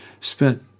spent